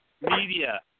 media